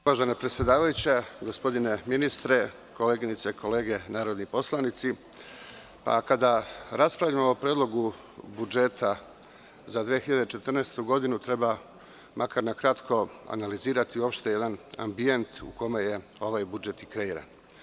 Uvažena predsedavajuća, gospodine ministre, koleginice i kolege narodni poslanici, kada raspravljamo o Predlogu budžeta za 2014. godinu treba makar na kratko analizirati uopšte jedan ambijent u kome je ovaj budžet i kreiran.